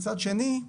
מצד שני,